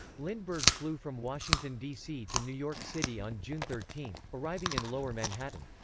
lindbergh flew from washington, d c. to new york city on june thirteen, arriving in lower manhattan.